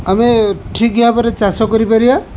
ଆମେ ଠିକ୍ ଭାବରେ ଚାଷ କରିପାରିବା